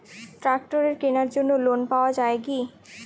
ট্রাক্টরের কেনার জন্য লোন পাওয়া যায় কি?